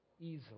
easily